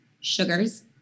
Sugars